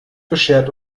beschert